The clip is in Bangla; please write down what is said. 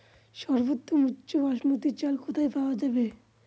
সর্বোওম উচ্চ বাসমতী চাল কোথায় পওয়া যাবে?